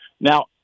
Now